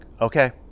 okay